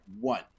one